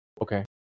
Okay